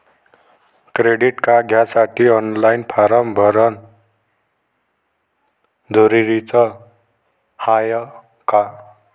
Credit card घ्यासाठी online form भरन जरुरीच हाय का?